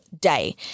day